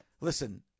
Listen